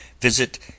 visit